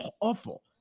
awful